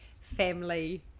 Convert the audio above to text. family